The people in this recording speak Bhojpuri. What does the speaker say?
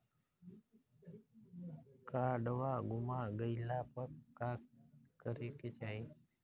काडवा गुमा गइला पर का करेके चाहीं?